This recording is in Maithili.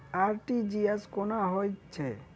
आर.टी.जी.एस कोना होइत छै?